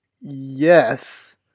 yes